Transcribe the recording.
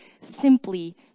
simply